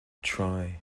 try